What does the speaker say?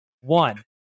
One